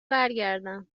برگردم